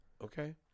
Okay